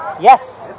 Yes